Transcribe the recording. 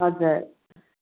हजुर